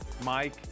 Mike